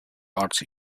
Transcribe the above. art